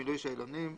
מילוי שאלונים,